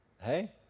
Hey